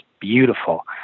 beautiful